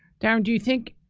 darren, do you think,